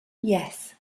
yes